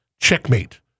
Checkmate